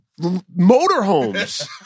motorhomes